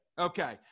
okay